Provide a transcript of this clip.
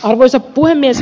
arvoisa puhemies